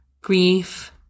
Grief